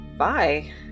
Bye